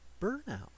burnout